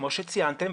כמו שציינתם,